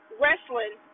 wrestling